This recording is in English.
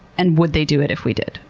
and would they do it if we did?